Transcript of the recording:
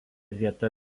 vieta